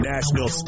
National